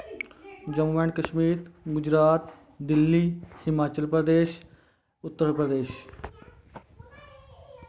Jammu and Kashmir Gujarat Delhi Himachal Pradesh Uttar Pradesh